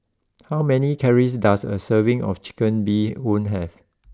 how many calories does a serving of Chicken Bee Hoon have